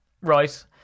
right